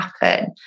happen